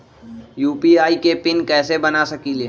UPI के pin कैसे बना सकीले?